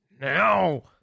now